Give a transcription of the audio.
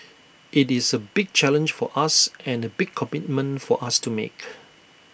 IT is A big challenge for us and A big commitment for us to make